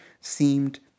seemed